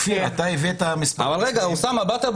מה שהקראתי